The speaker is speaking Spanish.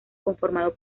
conformado